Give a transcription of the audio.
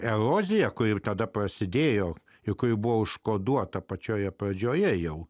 erozija ko ir tada prasidėjo juk buvo užkoduota pačioje pradžioje jau